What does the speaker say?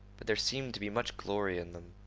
but there seemed to be much glory in them.